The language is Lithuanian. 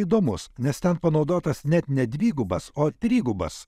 įdomus nes ten panaudotas net ne dvigubas o trigubas